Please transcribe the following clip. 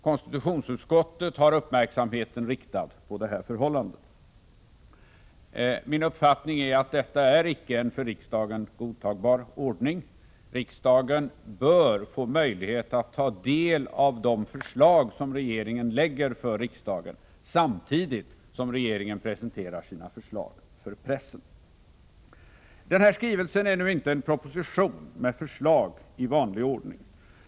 Konstitutionsutskottet har uppmärksamheten riktad på detta förhållande. Min uppfattning är att detta icke är en för riksdagen godtagbar ordning. Riksdagen bör få möjlighet att ta del av de förslag som regeringen lägger fram för riksdagen samtidigt som regeringen presenterar sina förslag för pressen. Den här skrivelsen är nu inte en proposition med förslag i vanlig ordning.